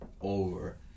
over